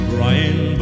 Brian